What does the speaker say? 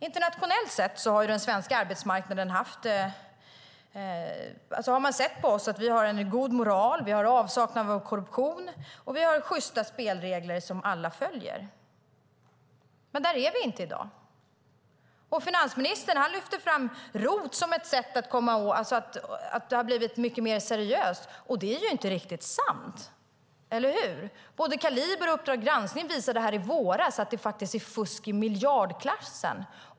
Internationellt sett har man sett på oss som att vi har en god moral, vi har avsaknad av korruption och vi har sjysta spelregler på den svenska arbetsmarknaden som alla följer. Men där är vi inte i dag. Finansministern lyfter fram ROT som det som har gjort att det har blivit mycket mer seriöst. Det är inte riktigt sant, eller hur? Både Kaliber och Uppdrag granskning visade i våras att det är fusk i miljardklassen.